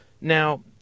Now